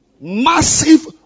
massive